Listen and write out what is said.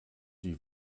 die